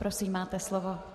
Prosím, máte slovo.